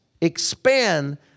expand